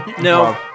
No